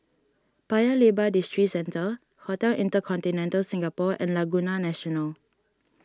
Paya Lebar Districentre Hotel Intercontinental Singapore and Laguna National